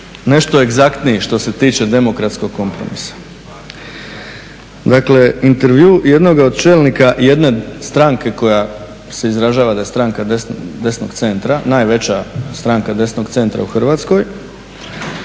nešto egzaktniji što se tiče demokratskog kompromisa. Dakle, intervju jednoga od čelnika jedne stranke koja se izražava da je stranka desnog centra, najveća stranka desnog centa u Hrvatskoj,